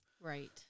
Right